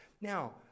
Now